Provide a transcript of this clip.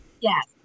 Yes